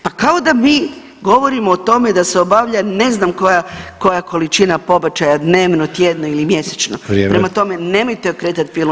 Pa kao da mi govorimo o tome da se obavlja ne znam koja, koja količina pobačaja dnevno, tjedno ili [[Upadica: Vrijeme.]] mjesečno, prema tome nemojte okretati pilu